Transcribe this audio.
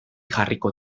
jarriko